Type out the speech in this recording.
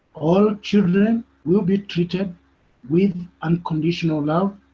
all children will be treated with unconditional love,